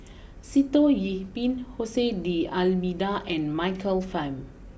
Sitoh Yih Pin Jose D Almeida and Michael Fam